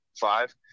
five